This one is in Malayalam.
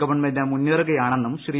ഗവൺമെന്റ് മുന്നേറുകയാണെന്നും ശ്രീ